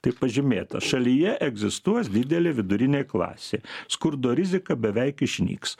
tai pažymėta šalyje egzistuos didelė vidurinė klasė skurdo rizika beveik išnyks